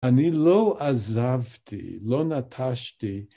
אני לא עזבתי, לא נטשתי.